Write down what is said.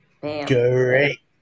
Great